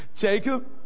Jacob